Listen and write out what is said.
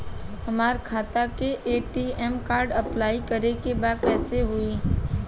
हमार खाता के ए.टी.एम कार्ड अप्लाई करे के बा कैसे होई?